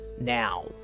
Now